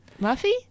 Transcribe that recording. Muffy